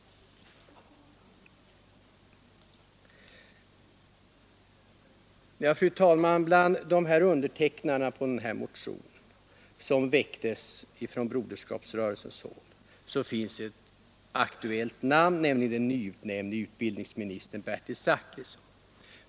Fru talman! Bland undertecknarna av den motion från Broderskapsrörelsens håll som jag nämnde finns det ett aktuellt namn, nämligen den nyutnämnde utbildningsministern Bertil Zachrisson.